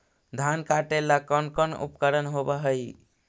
धान काटेला कौन कौन उपकरण होव हइ?